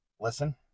listen